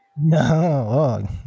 No